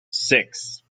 six